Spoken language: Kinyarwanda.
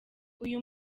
uyu